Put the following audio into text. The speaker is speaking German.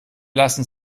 lassen